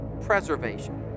preservation